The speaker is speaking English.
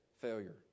failure